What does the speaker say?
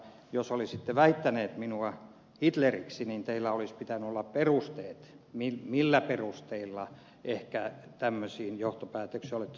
jos olisitte väittänyt minua hitleriksi niin teillä olisi pitänyt olla perusteet millä perusteilla ehkä tämmöisiin johtopäätöksiin olette tullut